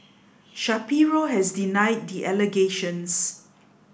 Shapiro has denied the allegations